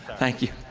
thank you.